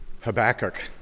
Habakkuk